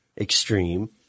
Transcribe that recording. extreme